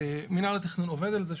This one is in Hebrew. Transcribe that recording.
מנהל התכנון עובד על זה,